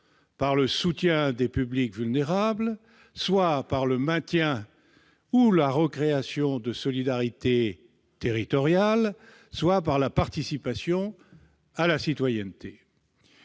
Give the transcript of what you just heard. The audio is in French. par le soutien à des publics vulnérables, soit par le maintien ou la recréation de solidarités territoriales, soit par la participation à l'éducation